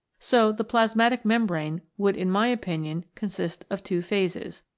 so the plasmatic membrane would in my opinion consist of two phases.